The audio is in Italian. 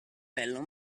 bello